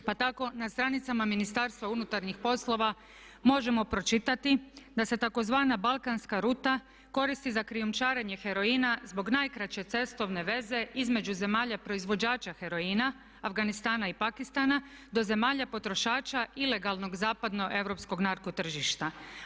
Pa tako na stranicama Ministarstva unutarnjih poslova možemo pročitati da se tzv. balkanska ruta koristi za krijumčarenje heroina zbog najkraće cestovne veze između zemalja proizvođača heroina, Afganistana i Pakistana, do zemalja potrošača ilegalnog zapadnoeuropskog narko tržišta.